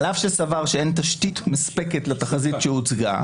על אף שסבר שאין תשתית מספקת לתחזית שהוצגה.